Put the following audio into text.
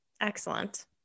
Excellent